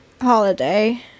Holiday